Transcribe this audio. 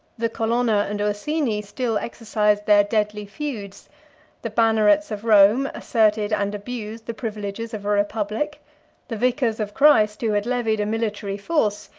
the colonna and ursini still exercised their deadly feuds the bannerets of rome asserted and abused the privileges of a republic the vicars of christ, who had levied a military force,